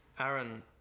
Aaron